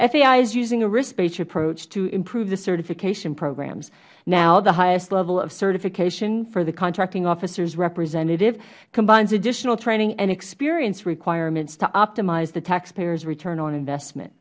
is using a risk based approach to improve the certification programs now the highest level of certification for the contracting officers representative combines additional training and experience requirements to optimize the taxpayers return on investment